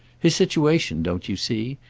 his situation, don't you see?